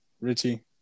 Richie